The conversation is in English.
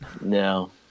no